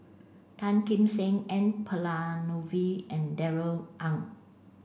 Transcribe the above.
Tan Kim Seng N Palanivelu and Darrell Ang